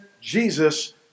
Jesus